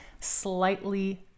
slightly